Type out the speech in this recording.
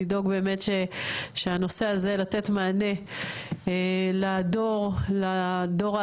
לדאוג שהנושא הזה ייתן מענה לדור העתידי,